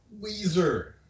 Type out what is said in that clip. Weezer